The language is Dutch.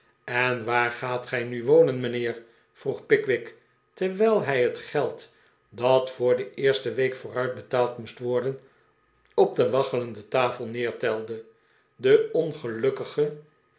en waar gaat gij nu wonen mijnheer vroeg pickwick terwijl hij het geld dat voor de eerste week vooruit betaald moest worden op de waggelende tafel neertelde de ongelukkige